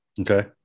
Okay